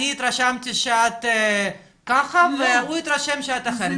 אני התרשמתי שאת ככה והוא התרשם שאת אחרת,